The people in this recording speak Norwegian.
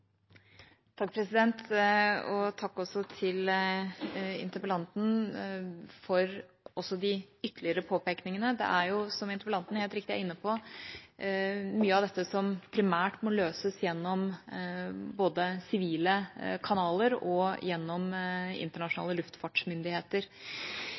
Takk til interpellanten for også de ytterligere påpekningene. Som interpellanten helt riktig er inne på, må mye av dette primært løses både gjennom sivile kanaler og gjennom internasjonale luftfartsmyndigheter.